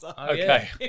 Okay